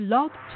Love